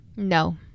No